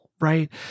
right